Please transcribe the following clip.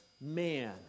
man